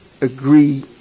agree